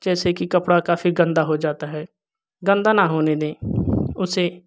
जैसे कि कपड़ा काफी गन्दा हो जाता है गन्दा ना होने दें उसे